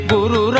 Guru